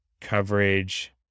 coverage